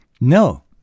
No